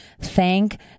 Thank